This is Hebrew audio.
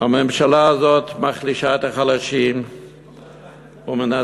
הממשלה הזאת מחלישה את החלשים ומנסה